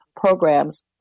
programs